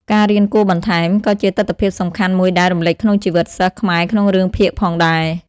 ការរៀនគួរបន្ថែម ក៏ជាទិដ្ឋភាពសំខាន់មួយដែលរំលេចក្នុងជីវិតសិស្សខ្មែរក្នុងរឿងភាគផងដែរ។